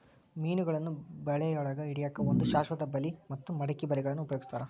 ಮೇನಗಳನ್ನ ಬಳಿಯೊಳಗ ಹಿಡ್ಯಾಕ್ ಒಂದು ಶಾಶ್ವತ ಬಲಿ ಮತ್ತ ಮಡಕಿ ಬಲಿಗಳನ್ನ ಉಪಯೋಗಸ್ತಾರ